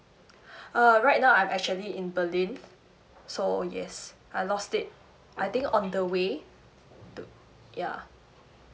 uh right now I'm actually in berlin so yes I lost it I think on the way ya